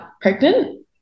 pregnant